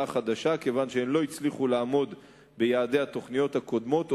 חדשה כיוון שלא הצליחו לעמוד ביעדי התוכניות הקודמות,